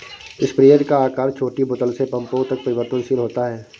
sprayer का आकार छोटी बोतल से पंपों तक परिवर्तनशील होता है